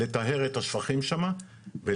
אנחנו מתכוונים לטהר את השפכים שם ולהזרים